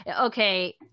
okay